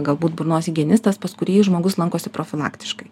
galbūt burnos higienistas pas kurį žmogus lankosi profilaktiškai